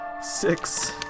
six